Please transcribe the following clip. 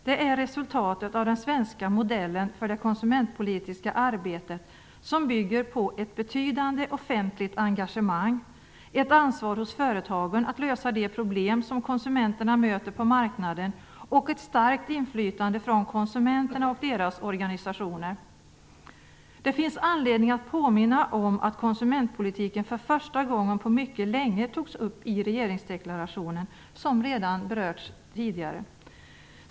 Det är resultatet av den svenska modellen för det konsumentpolitiska arbete som bygger på ett betydande offentligt engagemang, ett ansvar hos företagen att lösa de problem som konsumenterna möter på marknaden och ett starkt inflytande från konsumenterna och deras organisationer. Det finns anledning att påminna om att konsumentpolitiken för första gången på mycket länge togs upp i regeringsdeklarationen, vilket redan har berörts.